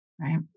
Right